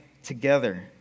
Together